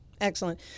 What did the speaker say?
Excellent